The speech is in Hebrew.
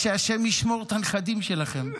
שהשם ישמור את הנכדים שלכם.